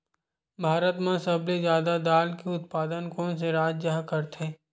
भारत मा सबले जादा दाल के उत्पादन कोन से राज्य हा करथे?